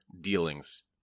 dealings